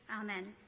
amen